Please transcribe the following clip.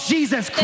Jesus